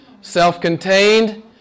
self-contained